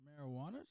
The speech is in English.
marijuana